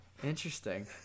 interesting